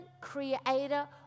creator